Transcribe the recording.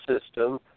system